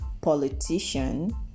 politician